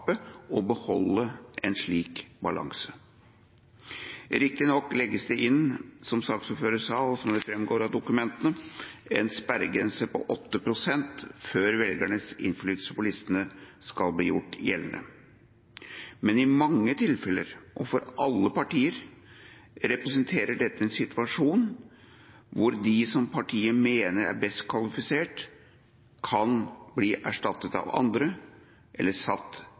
og beholde en slik balanse. Riktig nok legges det inn – som saksordføreren sa, og som det framgår av dokumentene – en sperregrense på 8 pst. før velgernes innflytelse på listene skal bli gjort gjeldende. Men i mange tilfeller, og for alle partier, representerer dette en situasjon hvor de som partiet mener er best kvalifisert, kan bli erstattet av andre eller satt